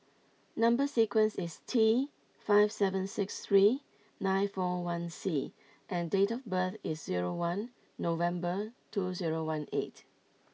number sequence is T five seven six three nine four one C and date of birth is zero one November two zero one eight